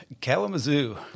Kalamazoo